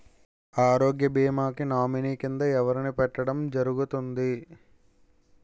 ఆరోగ్య భీమా కి నామినీ కిందా ఎవరిని పెట్టడం జరుగతుంది?